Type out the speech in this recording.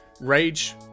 rage